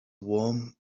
warm